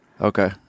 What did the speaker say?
Okay